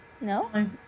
no